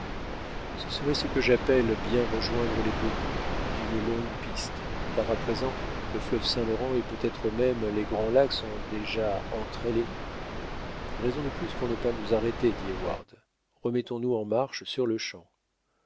ce serait ce que j'appelle bien rejoindre les deux bouts d'une longue piste car à présent le fleuve saint-laurent et peut-être même les grands lacs sont déjà entre elles et nous raison de plus pour ne pas nous arrêter dit heyward remettons nous en marche sur-le-champ